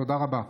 תודה רבה.